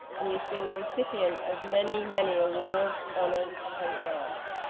and he's been the recipient of many, many awards honors and grants.